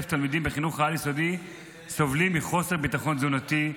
תלמידים בחינוך העל-יסודי סובלים מחוסר ביטחון תזונתי,